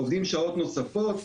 עובדים שעות נוספות,